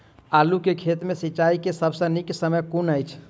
आलु केँ खेत मे सिंचाई केँ सबसँ नीक समय कुन अछि?